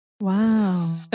Wow